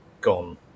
gone